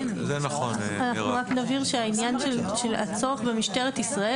אנחנו רק נבהיר שהעניין של הצורך במשטרת ישראל